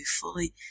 fully